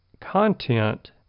content